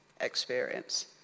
experience